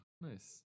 Nice